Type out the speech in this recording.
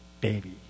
baby